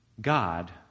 God